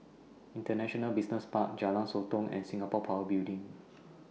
International Business Park Jalan Sotong and Singapore Power Building